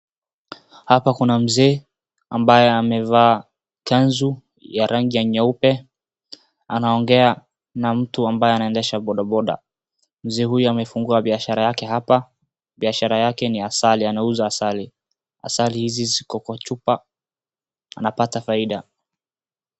Hapa kuna mzee ambaye amevaa kanzu ya rangi ya nyeupe. Anaongea na mtu ambaye anaendesha bodaboda. Mzee huyu amefungua biashara yake hapa. Biashara yake ni asali, anauza asali. Asali hizi ziko kwa chupa anapata faida.